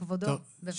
כבודו בבקשה.